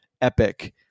epic